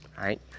right